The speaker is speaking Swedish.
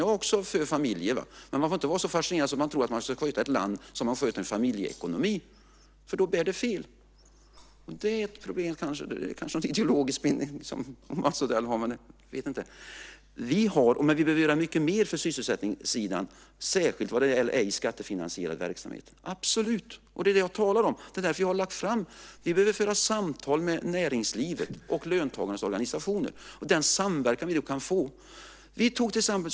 Jag är också för familjer, men man får inte vara så fascinerad att man tror att man ska sköta ett land som man sköter en familjeekonomi, för då bär det fel. Det kanske är ett problem. Det kanske är någon teologisk bindning som Mats Odell har - jag vet inte. Vi behöver göra mycket mer för sysselsättningssidan, särskilt vad gäller ej skattefinansierad verksamhet - absolut! Det är det jag talar om. Det är därför vi har lagt fram detta. Vi behöver föra samtal med näringslivet och löntagarnas organisationer och utnyttja den samverkan vi då kan få.